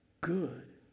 good